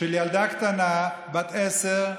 של ילדה קטנה בת עשר,